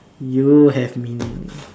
you have meaning